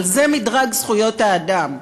אבל זה מדרג זכויות האדם.